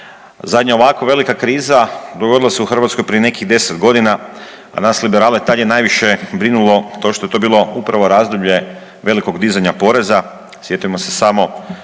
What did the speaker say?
Zadnja ovako velika kriza dogodila se u Hrvatskoj prije nekih 10 godina, a nas liberale tad je najviše brinulo to što je to bilo upravo razdoblje velikog dizanja poreza, sjetimo se samo